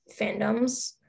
fandoms